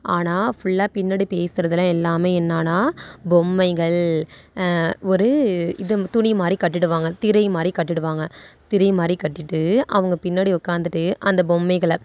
ஆனால் ஃபுல்லாக பின்னாடி பேசுகிறதுதான் எல்லாமே என்னான்னால் பொம்மைகள் ஒரு இது துணி மாதிரி கட்டிவிடுவாங்க திரை மாதிரி கட்டிவிடுவாங்க திரை மாதிரி கட்டிவிட்டு அவங்க பின்னாடி உட்காந்துட்டு அந்த பொம்மைகளை